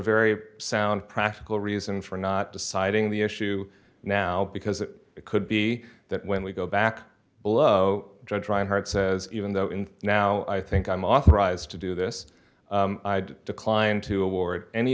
very sound practical reasons for not deciding the issue now because it could be that when we go back below dr hart says even though in now i think i'm authorized to do this i'd decline to award any